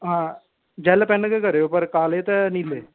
हां जैल्ल पैन गै करेओ पर काले ते नीले